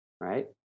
Right